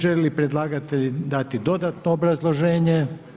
Želi li predlagatelj dati dodatno obrazloženje?